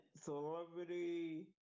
celebrity